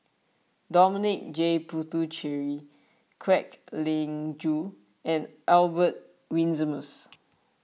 Dominic J Puthucheary Kwek Leng Joo and Albert Winsemius